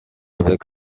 avec